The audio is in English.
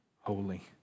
holy